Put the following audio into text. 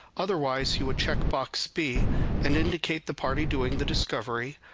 otherwise, you would check box b and indicate the party doing the discovery,